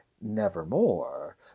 Nevermore